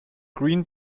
green